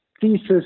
thesis